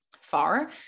far